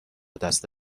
دست